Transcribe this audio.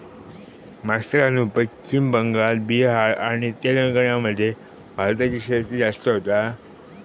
मास्तरानू पश्चिम बंगाल, बिहार आणि तेलंगणा मध्ये भाताची शेती जास्त होता